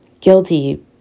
guilty